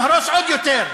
נהרוס עוד יותר.